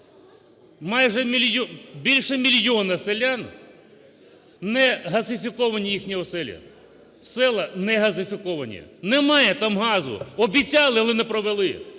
більше мільйона селян не газифіковані їхні оселі, села не газифіковані. Немає там газу! Обіцяли, але не провели.